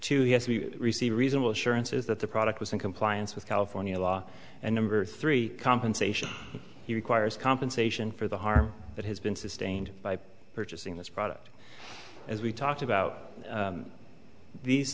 to yes we receive reasonable assurances that the product was in compliance with california law and number three compensation he requires compensation for the harm that has been sustained by purchasing this product as we've talked about these